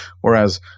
whereas